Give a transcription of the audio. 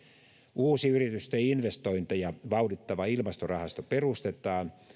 uusi yritysten investointeja vauhdittava ilmastorahasto perustetaan